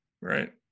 right